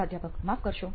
પ્રાધ્યાપક માફ કરશો